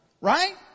right